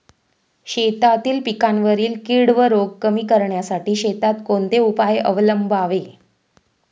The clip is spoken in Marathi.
शेतातील पिकांवरील कीड व रोग कमी करण्यासाठी शेतात कोणते उपाय अवलंबावे?